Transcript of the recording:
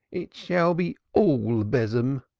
it shall be all besom!